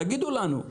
תגידו לנו.